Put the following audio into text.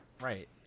right